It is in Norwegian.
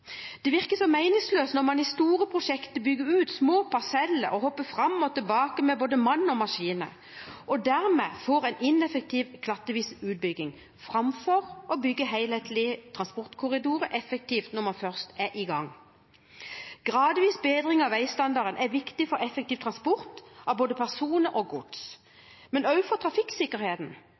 Det virker så meningsløst når man i store prosjekter bygger ut små parseller og hopper fram og tilbake med både mann og maskiner og dermed får en ineffektiv, klattvis utbygging, framfor å bygge helhetlige transportkorridorer effektivt når man først er i gang. Gradvis bedring av veistandarden er viktig for effektiv transport av både personer og gods, men også for trafikksikkerheten.